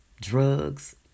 drugs